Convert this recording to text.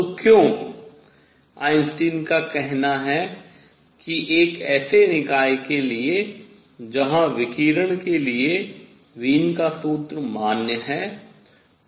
तो क्यों आइंस्टीन का कहना है कि एक ऐसे निकाय के लिए जहां विकिरण के लिए वीन का सूत्र मान्य है